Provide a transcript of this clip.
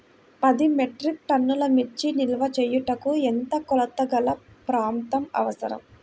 పది మెట్రిక్ టన్నుల మిర్చి నిల్వ చేయుటకు ఎంత కోలతగల ప్రాంతం అవసరం?